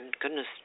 goodness